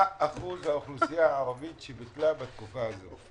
מה אחוז האוכלוסייה הערבית שביטלה בתקופה הזו?